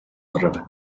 arve